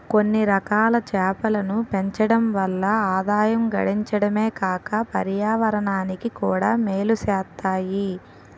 కొన్నిరకాల చేపలను పెంచడం వల్ల ఆదాయం గడించడమే కాక పర్యావరణానికి కూడా మేలు సేత్తాయి